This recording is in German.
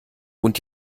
und